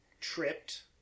tripped